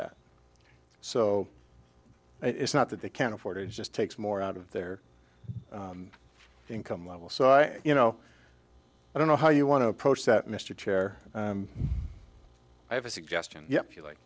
that so it's not that they can't afford it just takes more out of their income level so i you know i don't know how you want to approach that mr chair and i have a suggestion yeah if you like